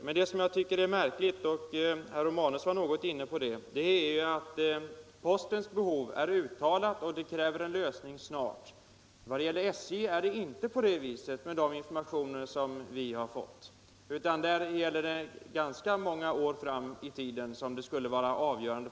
Men jag tycker att det är märkligt, och herr Romanus var inne på det, att postens behov är uttalat och att det kräver en lösning snart. Beträffande SJ är det inte på det viset enligt de informationer som vi har fått. Där har man ganska många år på sig att komma till en lösning.